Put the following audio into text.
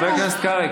חבר הכנסת קרעי,